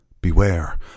Beware